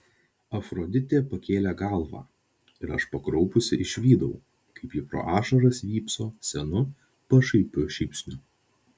afroditė pakėlė galvą ir aš pakraupusi išvydau kaip ji pro ašaras vypso senu pašaipiu šypsniu